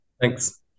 Thanks